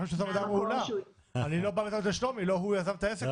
אני חושב שהוא עושה עבודה מעולה אבל לא הוא יזם את העסק הזה.